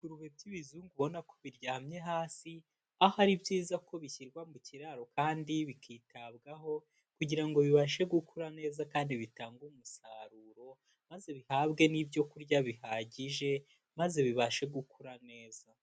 Ibigurube by'ibizungu ubona ko biryamye hasi, aho ari byiza ko bishyirwa mu kiraro kandi bikitabwaho kugira ngo bibashe gukura neza kandi bitanga umusaruro, maze bihabwe n'ibyokurya bihagije, maze bibashe gukura neza.